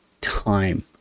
time